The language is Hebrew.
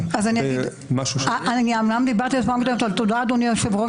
--- תודה אדוני היושב ראש,